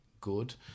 good